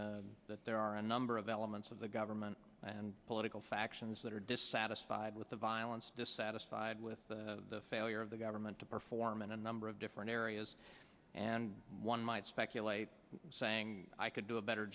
inside that there are a number of elements of the government and political factions that are dissatisfied with the violence dissatisfied with the failure of the government to perform in a number of different areas and one might speculate saying i could do a better